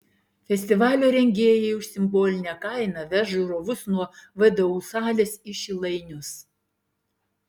festivalio rengėjai už simbolinę kainą veš žiūrovus nuo vdu salės į šilainius